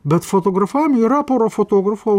bet fotografavime yra pora fotografų